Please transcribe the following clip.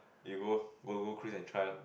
you go go go cruise and try lor